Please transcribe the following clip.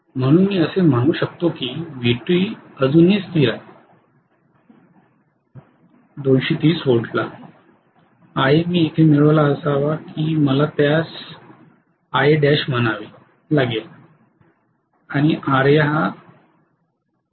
म्हणून मी असे म्हणू शकतो की Vt अजूनही स्थिर आहे 230 Ia मी येथे मिळविला असावा की मला त्यास Ial म्हणावे Ra 005 आहे